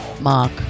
Mark